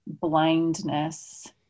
blindness